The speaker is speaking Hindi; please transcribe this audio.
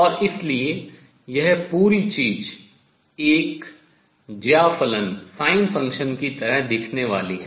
और इसलिए यह पूरी चीज़ एक ज्या फलन की तरह दिखने वाली है